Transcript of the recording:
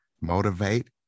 motivate